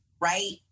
right